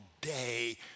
day